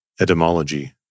Etymology